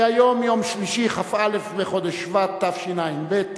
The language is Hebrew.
היום יום שלישי, כ"א בחודש שבט תשע"ב,